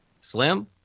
Slim